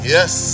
Yes